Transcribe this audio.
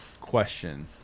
question